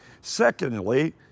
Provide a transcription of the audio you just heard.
secondly